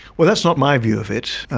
well, that's not my view of it.